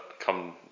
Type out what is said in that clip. come